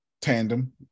tandem